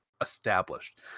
established